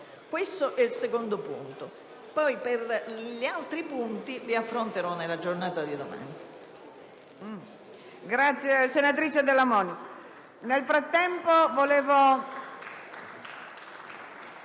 Questo è il secondo punto. Gli altri punti li affronterò nella giornata di domani.